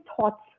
thoughts